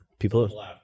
People